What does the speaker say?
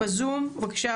בבקשה,